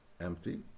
empty